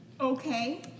Okay